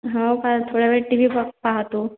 हो का थोड्यावेळ टी व्ही प पहातो